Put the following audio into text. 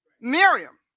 Miriam